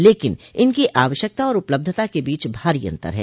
लेकिन इनकी आवश्यकता और उपलब्धता के बीच भारी अंतर है